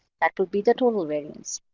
that would be the total variance.